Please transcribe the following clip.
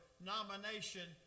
nomination